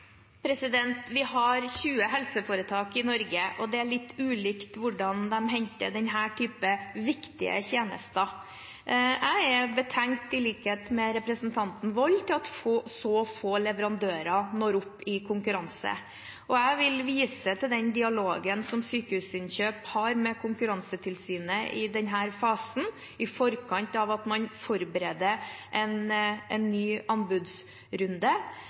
Vi har 20 helseforetak i Norge, og det er litt ulikt hvordan de henter denne typen viktige tjenester. Jeg er i likhet med representanten Wold betenkt over at så få leverandører når opp i konkurranse. Jeg vil vise til den dialogen som Sykehusinnkjøp HF har med Konkurransetilsynet i denne fasen i forkant av at man forbereder en ny anbudsrunde,